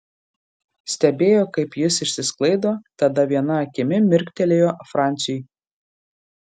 stebėjo kaip jis išsisklaido tada viena akimi mirktelėjo franciui